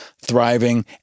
thriving